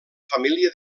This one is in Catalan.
família